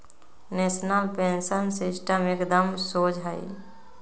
national pension system एकदम शोझ हइ